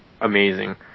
amazing